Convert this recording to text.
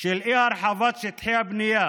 של אי-הרחבת שטחי הבנייה